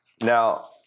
Now